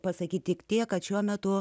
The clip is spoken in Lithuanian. pasakyti tik tiek kad šiuo metu